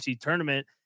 tournament